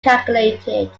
calculated